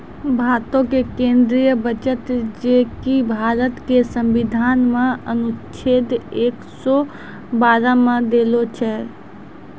भारतो के केंद्रीय बजट जे कि भारत के संविधान मे अनुच्छेद एक सौ बारह मे देलो छै